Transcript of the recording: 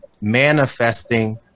manifesting